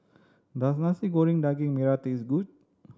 does Nasi Goreng Daging Merah taste good